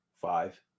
Five